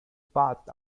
path